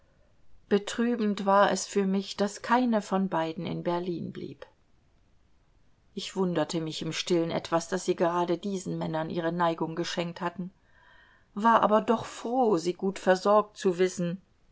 betrübend war es für mich daß keine von beiden in berlin blieb ich wunderte mich im stillen etwas daß sie gerade diesen männern ihre neigung geschenkt hatten war aber doch froh sie gut versorgt zu wissen